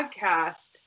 podcast